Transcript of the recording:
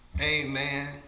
amen